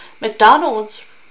McDonald's